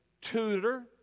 tutor